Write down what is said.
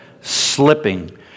slipping